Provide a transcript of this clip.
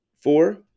four